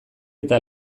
eta